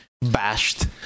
Bashed